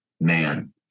man